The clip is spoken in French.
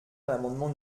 l’amendement